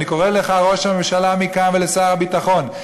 אני קורא לך, ראש הממשלה, מכאן, ולשר הביטחון: